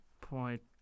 point